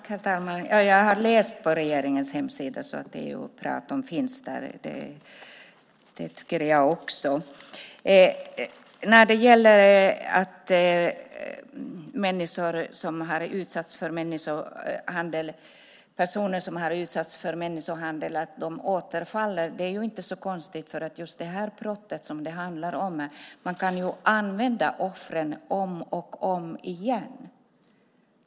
Herr talman! Jag har läst på regeringens hemsida. Det är bra att detta finns där; det tycker jag också. Det är inte så konstigt att personer som har utsatts för människohandel återfaller. I just det brott som det handlar om här kan man ju använda offren om och om igen.